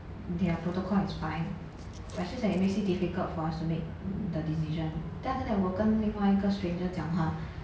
their protocol it's fine but just that it makes it difficult for us to make the decision then after that 我跟另外一个 stranger 讲话